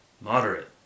moderate